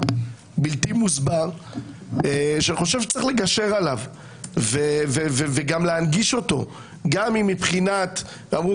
בלתי מוסבר שאני חושב שצריך לגשר עליו וגם להנגיש אותו כפי שאמרו